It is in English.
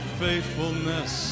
faithfulness